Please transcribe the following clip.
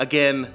Again